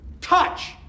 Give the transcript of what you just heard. Touch